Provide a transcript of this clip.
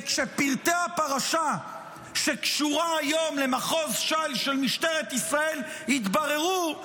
וכשפרטי הפרשה שקשורה היום למחוז ש"י של משטרת ישראל יתבררו,